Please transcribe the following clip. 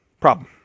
problem